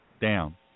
down